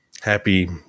happy